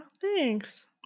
thanks